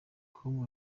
com